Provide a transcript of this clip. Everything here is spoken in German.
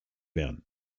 werden